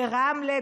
ברמלה,